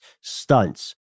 stunts